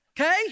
Okay